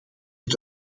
het